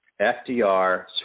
FDR